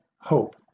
hope